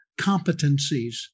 competencies